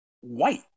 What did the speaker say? white